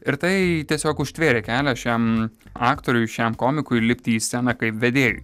ir tai tiesiog užtvėrė kelią šiam aktoriui šiam komikui lipti į sceną kaip vedėjui